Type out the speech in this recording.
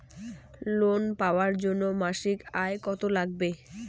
Loan পাবার জন্যে মাসিক আয় কতো লাগবে?